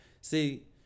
See